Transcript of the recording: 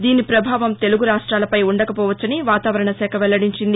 దీని ప్రభావం తెలుగు రాష్టాలపై ఉండకపోవచ్చని వాతావరణశాఖ వెల్లడించింది